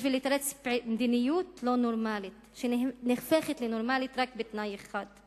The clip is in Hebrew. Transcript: בשביל לתרץ מדיניות לא נורמלית שנעשית נורמלית רק בתנאי אחד.